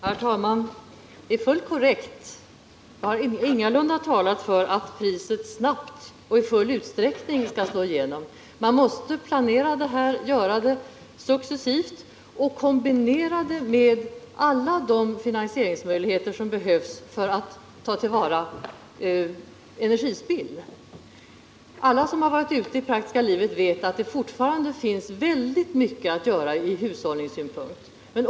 Herr talman! Det är fullt korrekt. Jag har ingalunda talat för att priset snabbt och i full utsträckning skall slå igenom. Man måste planera och göra det successivt samt kombinera det med alla de finansieringsmöjligheter som behövs för att ta till vara energispill. Alla som har varit ute i det praktiska livet vet att det fortfarande finns väldigt mycket att göra från hushållningssynpunkt.